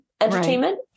entertainment